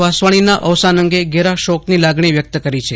વાસવાણીના અવસાન અંગે ઘેરા શોકની લાગણી વ્યક્ત કરી છે